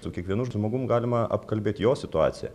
su kiekvienu žmogum galima apkalbėt jo situaciją